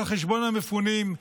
על חשבון המפונים,